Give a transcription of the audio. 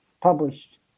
published